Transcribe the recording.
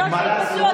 הקריאות שלי התבטלו,